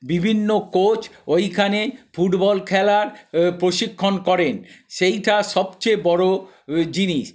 বিভিন্ন কোচ ওইখানে ফুটবল খেলার প্রশিক্ষণ করেন সেইটা সব চেয়ে বড়ো জিনিস